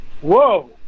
Whoa